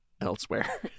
elsewhere